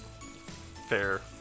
Fair